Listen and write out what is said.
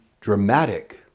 dramatic